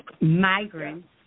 migrants